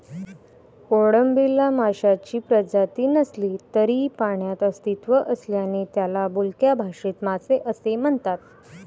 कोळंबीला माशांची प्रजाती नसली तरी पाण्यात अस्तित्व असल्याने त्याला बोलक्या भाषेत मासे असे म्हणतात